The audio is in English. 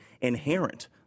inherent